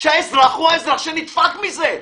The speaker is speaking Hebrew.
שהאזרח הוא שנדפק מזה.